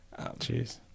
Jeez